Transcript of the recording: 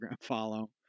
follow